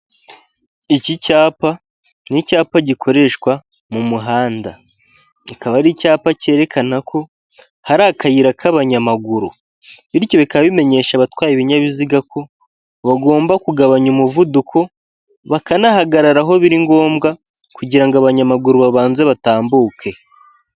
Iki cyapa n'icyapa gikoreshwa mu muhanda kikaba ari icyapa cyerekana ko hari akayira k'abanyamaguru bityo bikaba bimenyesha abatwaye ibinyabiziga ko bagomba kugabanya umuvuduko bakanahagararaho biri ngombwa kugira abanyamaguru babanze batambuke.